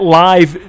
live